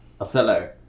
Othello